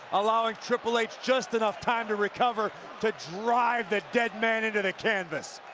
allowing triple h just enough time to recover to drive the dead man into the canvas.